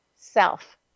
self